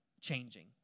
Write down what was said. changing